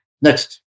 Next